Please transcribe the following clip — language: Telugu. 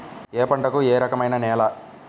ఏ పంటకు ఏ రకమైన నేల?